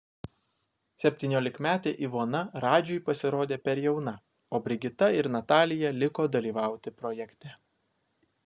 septyniolikmetė ivona radžiui pasirodė per jauna o brigita ir natalija liko dalyvauti projekte